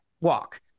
walk